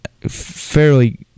fairly